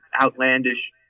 outlandish